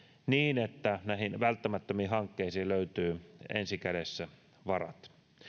niin että näihin välttämättömiin hankkeisiin löytyy ensi kädessä varat